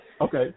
Okay